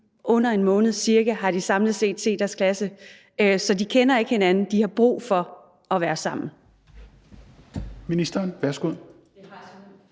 under en måned cirka har de samlet set deres klasse. Så de kender ikke hinanden. De har brug for at være sammen.